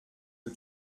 que